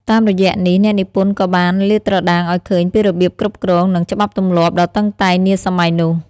តាមរយៈនេះអ្នកនិពន្ធក៏បានលាតត្រដាងឲ្យឃើញពីរបៀបគ្រប់គ្រង និងច្បាប់ទម្លាប់ដ៏តឹងតែងនាសម័យនោះ។